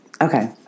Okay